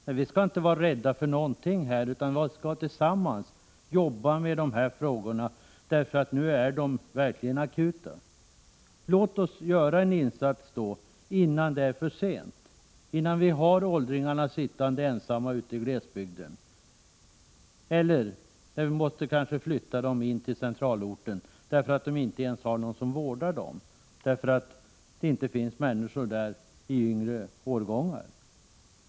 Nej, vi skall inte vara rädda för någonting i detta sammanhang, utan vi skall tillsammans jobba med de här frågorna, för nu är de verkligen akuta. Låt oss då göra en insats innan det är för sent, innan vi har åldringarna sittande ensamma ute i glesbygden och innan vi kanske tvingats flytta dem in till centralorten, därför att det inte ens finns någon som vårdar dem på grund av att det inte bor människor i yngre åldrar i dessa bygder.